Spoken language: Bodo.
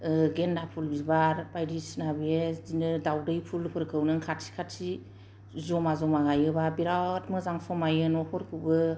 गेन्दाफुल बिबार बायदिसिना बेदिनो दाउदै फुलफोरखौ नों खाथि खाथि जमा जमा गायोब्ला बिराद मोजां समायो न'फोरखौबो